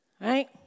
right